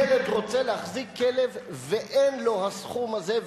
ילד רוצה להחזיק כלב ואין לו הסכום הזה,